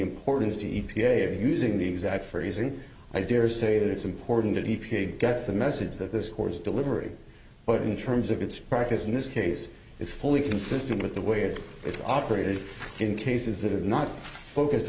importance to e p a of using the exact phrasing i dare say that it's important that he gets the message that this course delivery but in terms of its practice in this case is fully consistent with the way it is operated in cases that are not focused